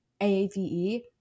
aave